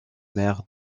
mère